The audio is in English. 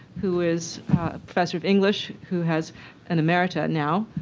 who is a professor of english, who has an emeritus now.